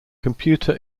computer